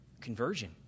conversion